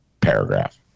paragraph